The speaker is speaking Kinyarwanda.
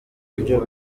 byo